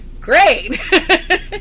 great